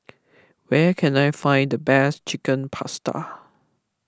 where can I find the best Chicken Pasta